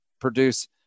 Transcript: produce